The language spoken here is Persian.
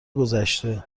گذشته